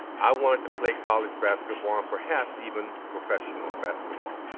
i wanted to play college basketball and perhaps even professional basketball.